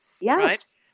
yes